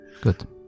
good